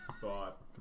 thought